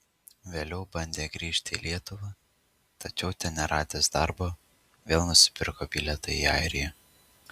vėliau bandė grįžti į lietuvą tačiau ten neradęs darbo vėl nusipirko bilietą į airiją